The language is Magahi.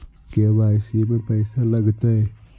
के.वाई.सी में पैसा लगतै?